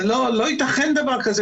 לא ייתכן דבר כזה,